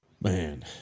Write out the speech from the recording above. Man